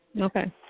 Okay